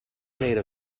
made